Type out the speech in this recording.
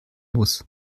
muss